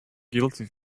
guilty